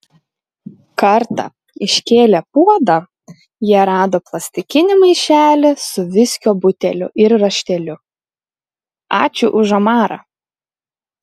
kartą iškėlę puodą jie rado plastikinį maišelį su viskio buteliu ir rašteliu ačiū už omarą